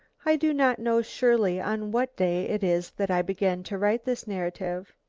i do not know surely on what day it is that i begin to write this narrative.